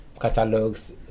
catalogs